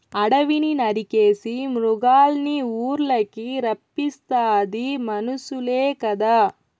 అడివిని నరికేసి మృగాల్నిఊర్లకి రప్పిస్తాది మనుసులే కదా